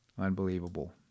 Unbelievable